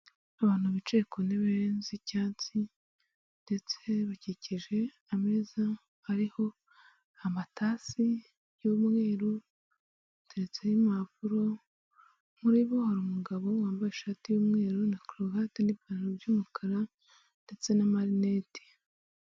Abantu bicaye ku ntebe z'icyatsi ndetse bakikije ameza ariho amatasi y'umwer, hateretseho impapuro, muri bo hari umugabo wambaye ishati y'umweru na karuvati n'ipantaro by'umukara ndetse na marineti.